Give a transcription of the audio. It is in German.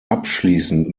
abschließend